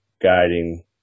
guiding